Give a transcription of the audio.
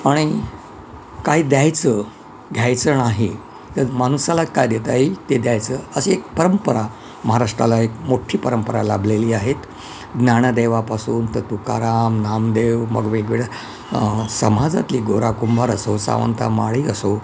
आणि काय द्यायचं घ्यायचं नाही तर माणसाला काय देता येईल ते द्यायचं अशी एक परंपरा महाराष्ट्राला एक मोठी परंपरा लाभलेली आहेत ज्ञानदेवापासून त तुकाराम नामदेव मग वेगवेगळ्या समाजातली गोरा कुंभार असो सांवता माळी असो